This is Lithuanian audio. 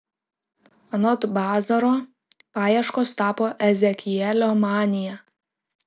anot bazaro paieškos tapo ezekielio manija